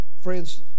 Friends